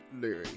Larry